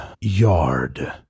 yard